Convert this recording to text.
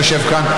שיושב כאן,